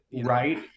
Right